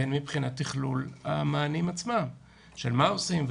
והן מבחינת תכלול המענים עצמם של מה עושים,